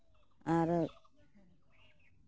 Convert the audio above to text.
ᱟᱨ